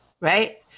right